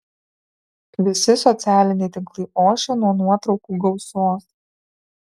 visi socialiniai tinklai ošia nuo nuotraukų gausos